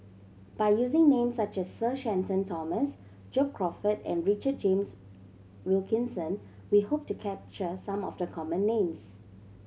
by using names such as Sir Shenton Thomas John Crawfurd and Richard James Wilkinson we hope to capture some of the common names